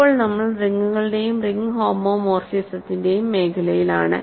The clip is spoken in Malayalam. ഇപ്പോൾ നമ്മൾ റിങ്ങുകളുടെയും റിംഗ് ഹോമോമോർഫിസത്തിന്റെയും മേഖലയിലാണ്